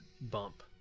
bump